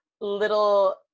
Little